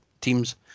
teams